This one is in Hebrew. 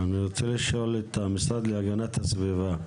אני רוצה לשאול את המשרד להגנת הסביבה,